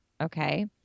Okay